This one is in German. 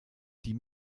die